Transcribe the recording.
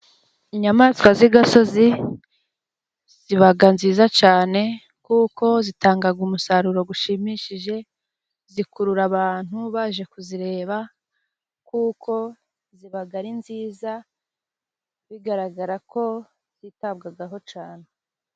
Inyamaswa z' igasozi zibaga nziza cane kuko zitangaga umusaruro gushimishije. Zikurura abantu baje kuzireba kuko zibaga ari nziza bigaragara ko zitabwagaho cane.